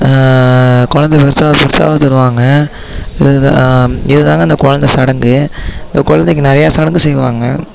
கொழந்தை பெருசாக பெருசாக தருவாங்க இது தான் இது தான்ங்க அந்த கொழந்தை சடங்கு அந்த கொழந்தைக்கு நிறையா சடங்கு செய்வாங்க